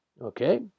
Okay